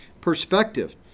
perspective